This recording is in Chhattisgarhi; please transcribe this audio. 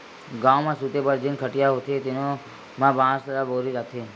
गाँव म सूते बर जेन खटिया होथे तेनो म बांस ल बउरे जाथे